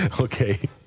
Okay